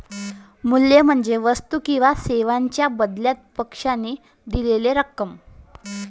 मूल्य म्हणजे वस्तू किंवा सेवांच्या बदल्यात पक्षाने दिलेली रक्कम